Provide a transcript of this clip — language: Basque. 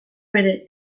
bere